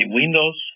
windows